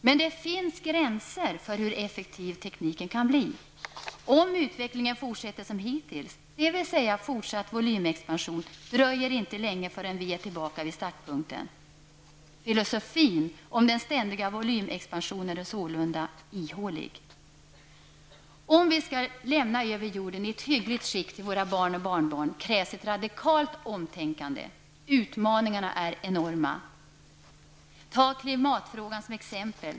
- Men det finns gränser för hur effektiv tekniken kan bli. Om utvecklingen fortsätter som hittills, dvs. fortsatt volymexpansion, dröjer det inte länge förrän vi är tillbaka vid startpunkten. Filosofin om den ständiga volymexpansionen är sålunda ihålig. Om vi skall kunna lämna över jorden i ett hyggligt skick till våra barn och barnbarn krävs ett radikalt omtänkande. Utmaningarna är enorma. Tag klimatfrågan som exempel.''